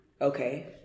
Okay